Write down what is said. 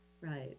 Right